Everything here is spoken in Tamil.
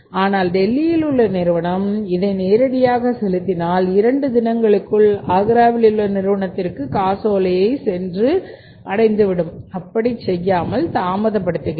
ஆனால் டெல்லியில் உள்ள நிறுவனம் இதை நேரடியாக செலுத்தினால் இரண்டு தினங்களுக்குள் ஆக்ராவிலுள்ள நிறுவனத்திற்கு காசோலையை சென்று அடைந்து விடும் அப்படிச் செய்யாமல் தாமதப்படுத்துகிறது